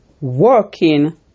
working